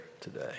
today